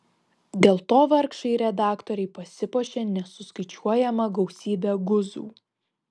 dėl to vargšai redaktoriai pasipuošė nesuskaičiuojama gausybe guzų